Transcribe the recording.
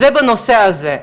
זה בנושא הזה,